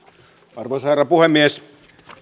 arvoisa herra puhemies